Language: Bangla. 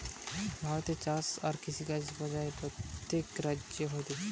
ভারতে চাষ আর কৃষিকাজ পর্যায়ে প্রত্যেক রাজ্যে হতিছে